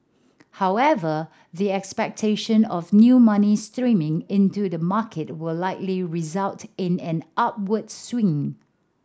however the expectation of new money streaming into the market will likely result in an upward swing